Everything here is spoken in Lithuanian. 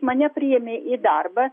mane priėmė į darbą